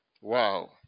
wow